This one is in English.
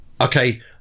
okay